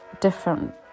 different